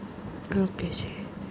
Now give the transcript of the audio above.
okay ਜੀ